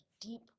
deep